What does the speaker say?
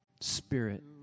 spirit